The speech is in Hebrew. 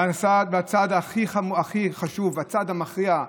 והצעד הכי חשוב, הצעד המכריע,